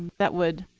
that would